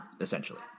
essentially